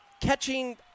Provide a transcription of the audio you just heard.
catching